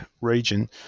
region